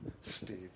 Steve